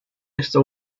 esta